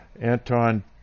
Anton